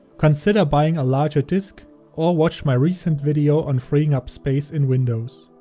consider buying a larger disk or watch my recent video on freeing up space in windows.